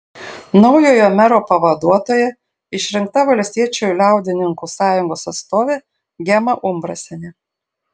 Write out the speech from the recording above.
naujojo mero pavaduotoja išrinkta valstiečių liaudininkų sąjungos atstovė gema umbrasienė